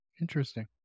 Interesting